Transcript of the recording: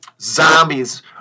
zombies